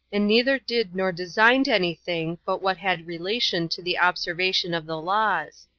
and neither did nor designed any thing but what had relation to the observation of the laws.